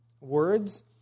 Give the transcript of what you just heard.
words